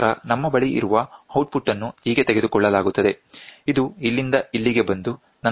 ನಂತರ ನಮ್ಮ ಬಳಿ ಇರುವ ಔಟ್ಪುಟ್ ಅನ್ನು ಹೀಗೆ ತೆಗೆದುಕೊಳ್ಳಲಾಗುತ್ತದೆ ಇದು ಇಲ್ಲಿಂದ ಇಲ್ಲಿಗೆ ಬಂದು ನಂತರ ಪ್ಲಸ್ 1